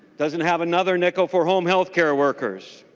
doesn't have another nickel for home healthcare workers.